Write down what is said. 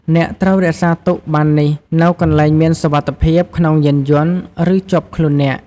អ្នកត្រូវរក្សាទុកប័ណ្ណនេះនៅកន្លែងមានសុវត្ថិភាពក្នុងយានយន្ត ឬជាប់ខ្លួនអ្នក។